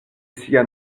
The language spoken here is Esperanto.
sia